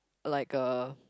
like a